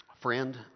Friend